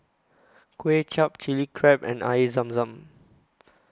Kuay Chap Chilli Crab and Air Zam Zam